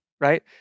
right